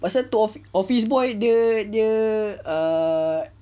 pasal itu office boy dia dia ah